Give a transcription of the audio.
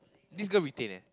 this girl retain eh